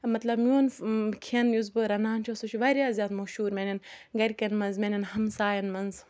مطلب میون کھٮ۪ن یُس بہٕ رَنان چھَس سُہ چھِ واریاہ زیادٕ مٔشہوٗر میٛانٮ۪ن گَرِکٮ۪ن منٛز میٛانٮ۪ن ہمساین منٛز